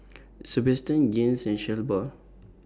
Sabastian Gaines and Shelba